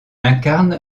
incarne